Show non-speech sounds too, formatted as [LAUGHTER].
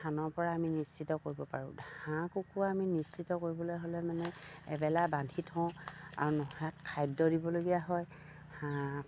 ধানৰ পৰা আমি নিশ্চিত কৰিব পাৰোঁ হাঁহ কুকুৰা আমি নিশ্চিত কৰিবলৈ হ'লে মানে এবেলা বান্ধি থওঁ আৰু [UNINTELLIGIBLE] খাদ্য দিবলগীয়া হয় হাঁহ